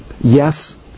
Yes